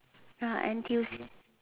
ya N_T_U_C